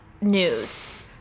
news